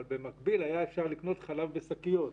אבל במקביל היה אפשר לקנות חלב בשקיות.